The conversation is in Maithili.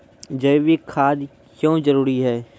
जैविक खाद क्यो जरूरी हैं?